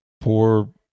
poor